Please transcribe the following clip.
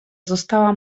została